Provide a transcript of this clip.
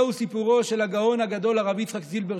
זהו סיפורו של הגאון הגדול הרב יצחק זילברשטיין.